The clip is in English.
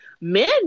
Men